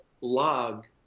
log